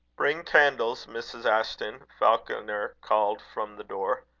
bring candles, mrs. ashton, falconer called from the door.